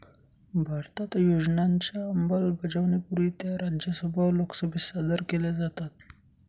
भारतात योजनांच्या अंमलबजावणीपूर्वी त्या राज्यसभा व लोकसभेत सादर केल्या जातात